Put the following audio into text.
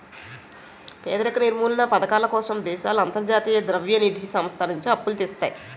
పేదరిక నిర్మూలనా పధకాల కోసం దేశాలు అంతర్జాతీయ ద్రవ్య నిధి సంస్థ నుంచి అప్పులు తెస్తాయి